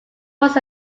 was